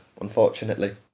unfortunately